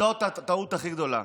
זו הטעות הכי גדולה.